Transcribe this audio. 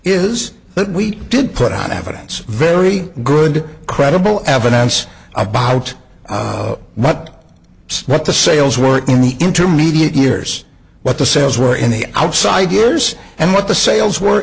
is that we did put on evidence very good credible evidence about not smart the sales work in the intermediate years but the sales were in the outside years and what the sales were